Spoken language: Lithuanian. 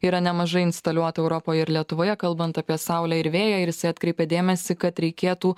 yra nemažai instaliuota europoj ir lietuvoje kalbant apie saulę ir vėją ir jisai atkreipis dėmesį kad reikėtų